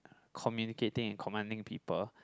communicating and commanding people